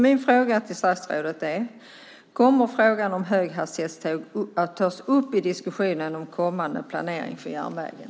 Min fråga till statsrådet är: Kommer frågan om höghastighetståg att tas upp i diskussionen om kommande planering för järnvägen?